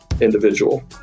individual